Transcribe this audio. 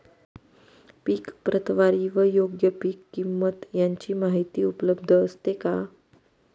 पीक प्रतवारी व योग्य पीक किंमत यांची माहिती उपलब्ध असते का?